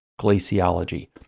glaciology